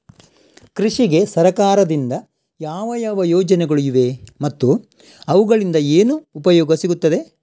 ಕೃಷಿಗೆ ಸರಕಾರದಿಂದ ಯಾವ ಯಾವ ಯೋಜನೆಗಳು ಇವೆ ಮತ್ತು ಅವುಗಳಿಂದ ಏನು ಉಪಯೋಗ ಸಿಗುತ್ತದೆ?